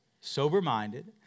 Sober-minded